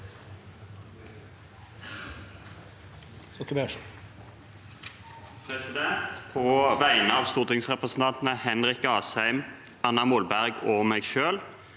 På vegne av stortingsrepresentantene Henrik Asheim, Anna Molberg og meg selv